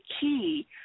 key